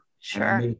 Sure